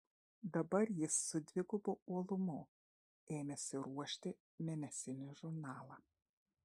dabar jis su dvigubu uolumu ėmėsi ruošti mėnesinį žurnalą